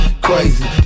crazy